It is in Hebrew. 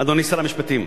אדוני שר המשפטים,